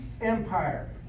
empire